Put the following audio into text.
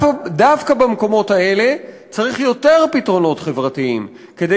דווקא במקומות האלה צריך יותר פתרונות חברתיים כדי